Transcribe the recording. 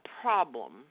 problem